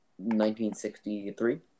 1963